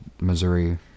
missouri